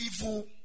evil